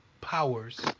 powers